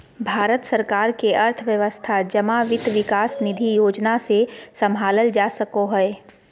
भारत सरकार के अर्थव्यवस्था जमा वित्त विकास निधि योजना से सम्भालल जा सको हय